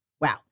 Wow